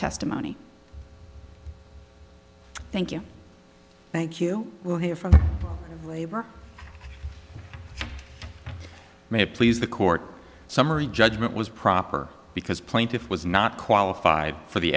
testimony thank you thank you we'll hear from labor may it please the court summary judgment was proper because plaintiff was not qualified for the